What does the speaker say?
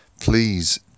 Please